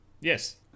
yes